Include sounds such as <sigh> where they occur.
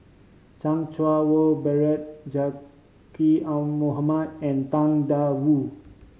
Chan <unintelligible> Wah Bernard Zaqy <unintelligible> Mohamad and Tang Da Wu